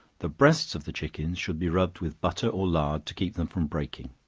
the breasts of the chickens should be rubbed with butter or lard to keep them from breaking.